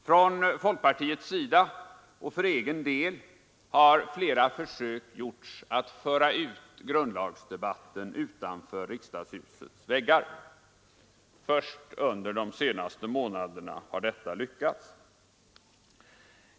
Från folkpartiets sida och för egen del har flera försök gjorts att föra ut grundlagsdebatten utanför riksdagshusets väggar. Först under de senaste månaderna har detta lyckats.